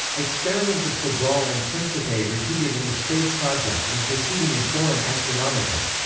experiments of sobral and principe repeated in the space project in proceeding in forum astronomical.